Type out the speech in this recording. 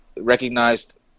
recognized